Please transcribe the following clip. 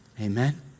Amen